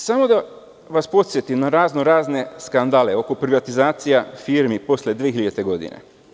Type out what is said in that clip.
Samo da vas podsetim na raznorazne skandale oko privatizacija firmi posle 2000. godine.